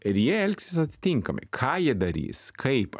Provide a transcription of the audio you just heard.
ir jie elgsis atitinkamai ką jie darys kaip